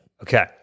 Okay